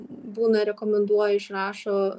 būna rekomenduoju išrašo